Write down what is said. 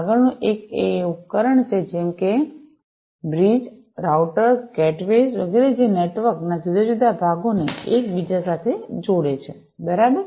આગળનું એક એ ઉપકરણો છે જેમ કે બ્રિજ રાઉટર્સ ગેટવેઝ વગેરે જે નેટવર્ક ના જુદા જુદા ભાગોને એકબીજા સાથે જોડે છે બરાબર